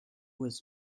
was